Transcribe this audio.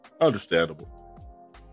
Understandable